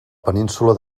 península